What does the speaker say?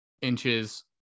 inches